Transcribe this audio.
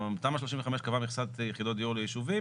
תמ"א 35 קבעה מכסת יחידות דירות ליישובים,